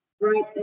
right